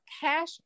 cash